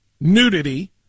nudity